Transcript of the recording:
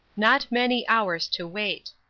not many hours to wait.